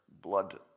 blood